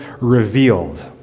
revealed